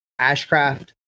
ashcraft